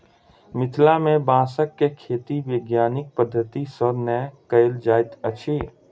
मिथिला मे बाँसक खेती वैज्ञानिक पद्धति सॅ नै कयल जाइत अछि